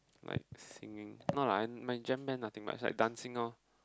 like singing no lah my jam band nothing much like dancing orh